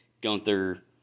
Gunther